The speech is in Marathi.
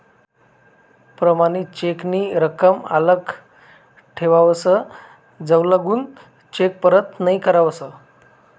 प्रमाणित चेक नी रकम आल्लक ठेवावस जवलगून चेक परत नहीं करावस